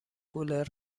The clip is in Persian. گلر